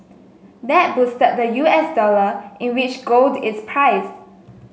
that boosted the U S dollar in which gold is priced